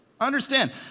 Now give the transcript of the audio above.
Understand